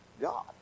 God